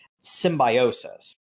Symbiosis